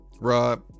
Rob